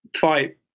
fight